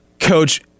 Coach